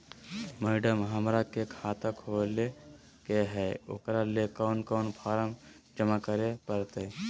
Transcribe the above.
Madam, हमरा के खाता खोले के है उकरा ले कौन कौन फारम जमा करे परते?